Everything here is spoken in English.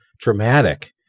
traumatic